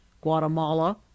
Guatemala